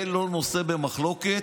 זה לא נושא במחלוקת,